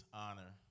honor